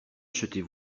achetez